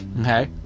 Okay